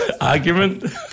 Argument